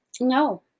No